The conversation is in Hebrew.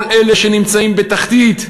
כל אלה שנמצאים בתחתית,